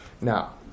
Now